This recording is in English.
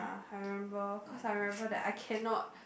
I remember cause I remember that I cannot